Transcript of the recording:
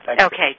Okay